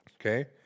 Okay